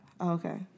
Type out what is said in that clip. Okay